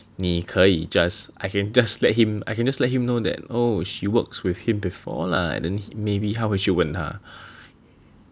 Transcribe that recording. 你可以 just I can just let him I can just let him know that oh she works with him before lah and then maybe 他会去问他